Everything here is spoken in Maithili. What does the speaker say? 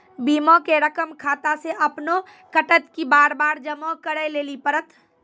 बीमा के रकम खाता से अपने कटत कि बार बार जमा करे लेली पड़त?